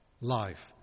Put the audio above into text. Life